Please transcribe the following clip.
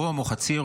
עירום או חצי עירום,